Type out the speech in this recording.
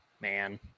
man